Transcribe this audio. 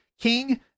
King